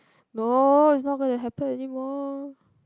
no is not going to happen anymore